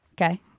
Okay